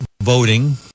voting